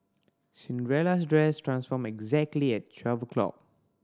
Cinderella's dress transformed exactly at twelve o'clock